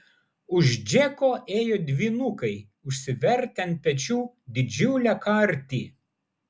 už džeko ėjo dvynukai užsivertę ant pečių didžiulę kartį